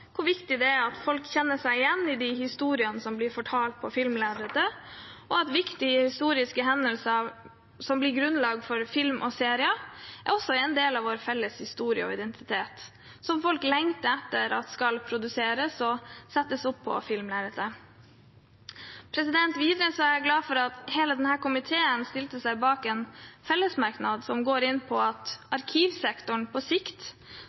viktig det er at folk kjenner seg igjen i de historiene som blir fortalt på filmlerretet, og at viktige historiske hendelser som blir grunnlag for film og serier, også er en del av vår felles historie og identitet som folk lengter etter at skal produseres og settes opp på filmlerretet. Videre er jeg glad for at hele komiteen stilte seg bak en fellesmerknad som går på at arkivsektoren på sikt